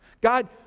God